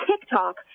TikTok